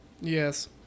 yes